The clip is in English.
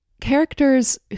Characters